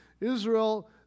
Israel